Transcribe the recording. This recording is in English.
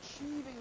achieving